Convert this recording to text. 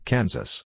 Kansas